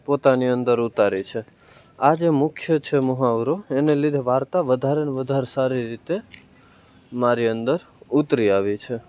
પોતાની અંદર ઉતારી છે આજે મુખ્ય છે મુહાવરો એને લીધે વાર્તા વધારેને વધારે સારી રીતે મારી અંદર ઉતરી આવી છે